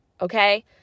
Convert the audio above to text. Okay